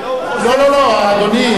אתה רוצה לעשות משא-ומתן, לא, לא, לא, אדוני.